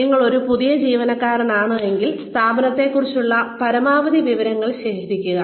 നിങ്ങളൊരു പുതിയ ജീവനക്കാരനാണെങ്കിൽ സ്ഥാപനത്തെക്കുറിച്ചുള്ള പരമാവധി വിവരങ്ങൾ ശേഖരിക്കുക